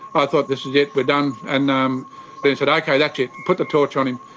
i thought this is it. we're done. and um they said, okay that's it, put the torch on him.